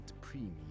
premium